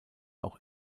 auch